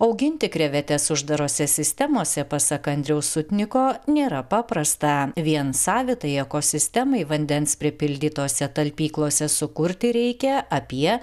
auginti krevetes uždarose sistemose pasak andriaus sutniko nėra paprasta vien savitai ekosistemai vandens pripildytose talpyklose sukurti reikia apie